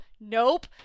Nope